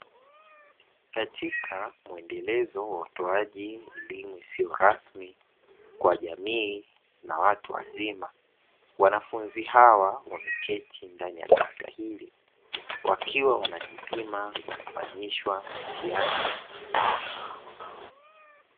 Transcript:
Katika muendelezo wa utowaji elimu isiyo rasmi kwa jamii na watu wazima, wanafunzi hawa wameketi ndani ya darasa hili wakiwa wanajipima kwa kufanyishwa mtihani.